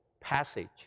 passage